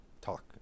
talk